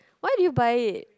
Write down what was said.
why did you buy it